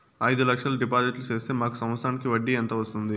అయిదు లక్షలు డిపాజిట్లు సేస్తే మాకు సంవత్సరానికి వడ్డీ ఎంత వస్తుంది?